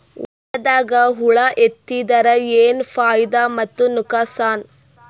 ಹೊಲದಾಗ ಹುಳ ಎತ್ತಿದರ ಏನ್ ಫಾಯಿದಾ ಮತ್ತು ನುಕಸಾನ?